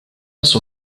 las